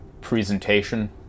presentation